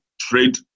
trade